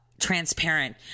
transparent